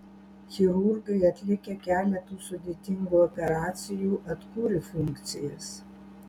chirurgai atlikę keletą sudėtingų operacijų atkūrė funkcijas